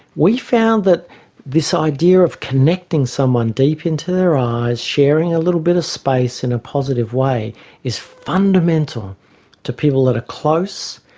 we found that this idea of connecting someone deep into their eyes, sharing a little bit of space in a positive way is fundamental to people that are close,